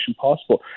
possible